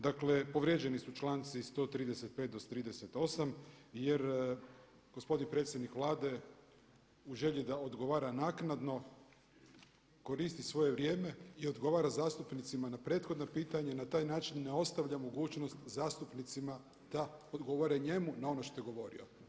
Dakle, povrijeđeni su članci 135 do 138. jer gospodin predsjednik Vlade u želji da odgovara naknadno koristi svoje vrijeme i odgovara zastupnicima na prethodna pitanja i na taj način ne ostavlja mogućnost zastupnicima da odgovore njemu na ono što je govorio.